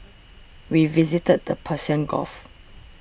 we visited the Persian Gulf